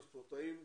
לספורטאים,